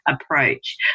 approach